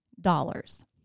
dollars